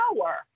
power